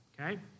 Okay